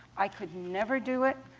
i could never do it,